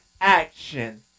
action